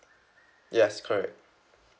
yes correct